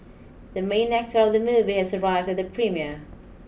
the main actor of the movie has arrived at the premiere